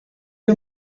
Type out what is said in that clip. you